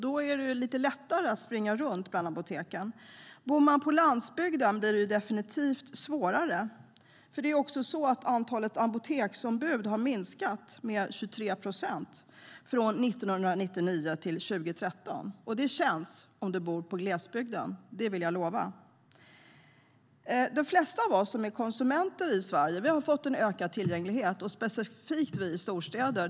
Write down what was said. Då är det lättare att springa runt bland apoteken. Men för den som bor på landsbygden blir det definitivt svårare. Antalet apoteksombud har nämligen minskat med 23 procent från 1999 till 2013. Och det känns av om man bor i glesbygden, det vill jag lova. De flesta av oss konsumenter i Sverige har fått en ökad tillgänglighet, speciellt vi i storstäder.